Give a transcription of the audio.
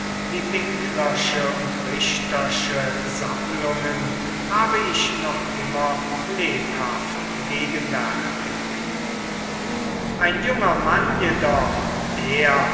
die winklersche und richtersche sammlungen habe ich noch immer lebhaft gegenwärtig ein junger mann jedoch der